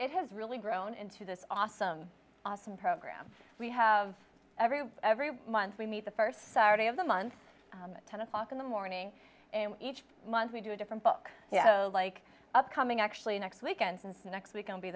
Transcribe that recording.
it has really grown into this awesome awesome program we have every week every month we meet the first saturday of the month at ten o'clock in the morning and each month we do a different book like upcoming actually next weekend and next week i'll be